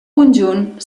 conjunt